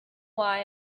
why